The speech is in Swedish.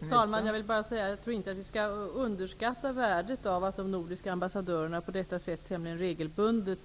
Fru talman! Jag tror inte att vi skall underskatta värdet av att de nordiska ambassadörerna på detta sätt tämligen regelbundet